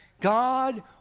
God